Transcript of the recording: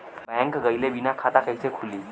Bank गइले बिना खाता कईसे खुली?